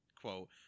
quote